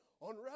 on